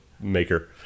maker